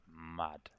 mad